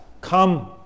Come